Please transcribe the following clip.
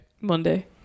Monday